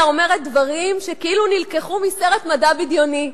אומרת דברים שכאילו נלקחו מסרט מדע בדיוני,